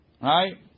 right